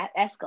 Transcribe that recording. escalate